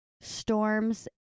storms